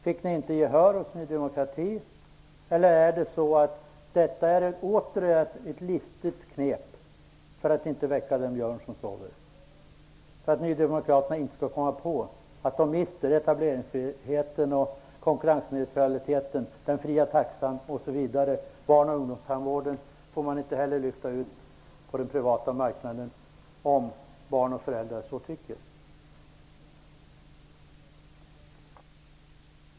Fick ni inte gehör hos Ny demokrati? Eller är detta återigen ett listigt knep för att inte väcka den björn som sover, för att nydemokraterna inte skall komma på att de mister etableringsfriheten, konkurrensneutraliteten, den fria taxan osv.? Barnoch ungdomstandvården får man inte heller lyfta ut på den privata marknaden även om barn och föräldrar tycker det.